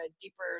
deeper